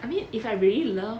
I mean if I really love